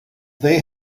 they